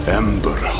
ember